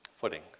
footing